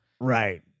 Right